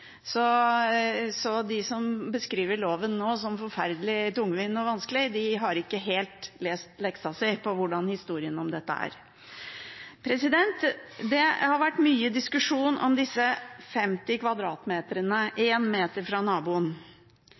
Så de som beskriver loven nå som forferdelig tungvint og vanskelig, har ikke helt lest leksa si om hvordan historien om dette er. Det har vært mye diskusjon om disse 50 m2 og mer enn 1 meter fra naboen.